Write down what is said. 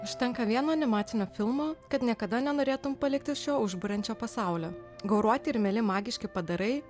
užtenka vieno animacinio filmo kad niekada nenorėtum palikti šio užburiančio pasaulio gauruoti ir mieli magiški padarai